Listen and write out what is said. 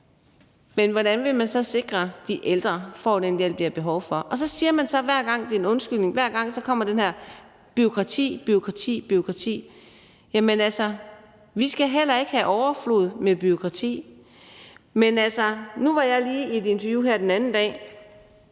men hvordan vil man så sikre, at de ældre får den hjælp, de har behov for? Så siger man hver gang som en undskyldning det her om bureaukrati, bureaukrati, bureaukrati. Jamen altså, vi skal heller ikke have overflod af bureaukrati. Nu var jeg lige med i et interview her forleden